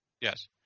Yes